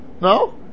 No